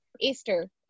Easter